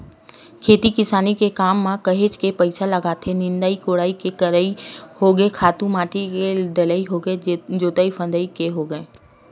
खेती किसानी के काम म काहेच के पइसा लगथे निंदई कोड़ई के करई होगे खातू माटी के डलई होगे जोतई फंदई के होगे